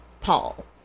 Paul